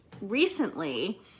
recently